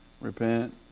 repent